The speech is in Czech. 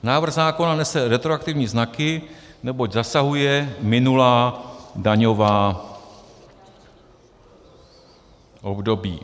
Návrh zákona nese retroaktivní znaky, neboť zasahuje minulá daňová období.